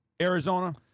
Arizona